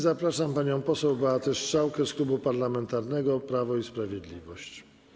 Zapraszam panią poseł Beatę Strzałkę z Klubu Parlamentarnego Prawo i Sprawiedliwość.